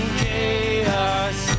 chaos